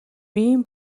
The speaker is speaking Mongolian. биеийн